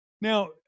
Now